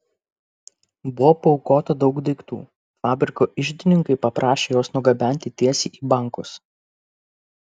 buvo paaukota daug daiktų fabriko iždininkai paprašė juos nugabenti tiesiai į bankus